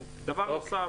תודה.